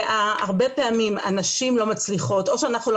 והרבה פעמים הנשים לא מצליחות או שאנחנו לא